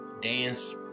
dance